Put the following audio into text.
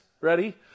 ready